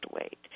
wait